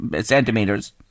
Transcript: centimeters